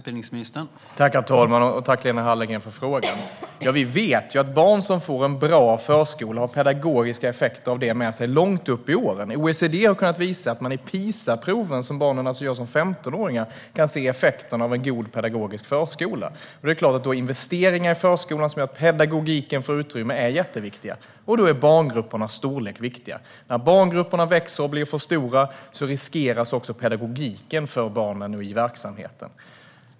Herr talman! Tack, Lena Hallengren, för frågan! Vi vet att barn som får en bra förskola har pedagogiska effekter av det med sig långt upp i åren. OECD har kunnat visa att man i PISA-proven, som barnen alltså gör som 15-åringar, kan se effekterna av en god pedagogisk förskola. Då är det klart att investeringar i förskola som gör att pedagogiken får utrymme är jätteviktiga. Då är barngruppernas storlek viktig. När barngrupperna växer och blir för stora riskeras också pedagogiken för barnen och i verksamheten.